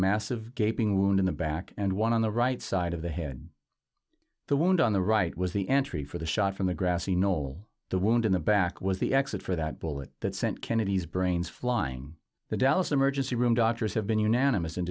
massive gaping wound in the back and one on the right side of the head the wound on the right was the entry for the shot from the grassy knoll the wound in the back was the exit for that bullet that sent kennedy's brains flying the dallas emergency room doctors have been unanimous